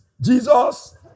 Jesus